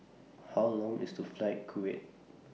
How Long IS The Flight Kuwait